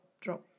drop